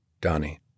Donnie